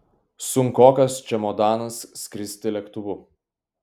sunkokas čemodanas skristi lėktuvu